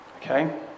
Okay